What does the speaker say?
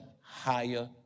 higher